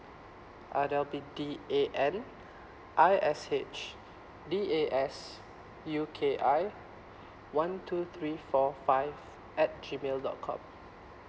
uh that'll be D A N I S H D A S U K I one two three four five at G mail dot com